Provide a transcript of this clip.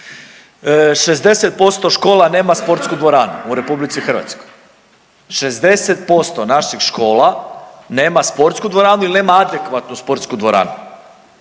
60% škola nema sportsku dvoranu u RH, 60% naših škola nema sportsku dvoranu ili nema adekvatnu sportsku dvoranu.